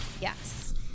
Yes